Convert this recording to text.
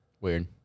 weird